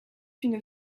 une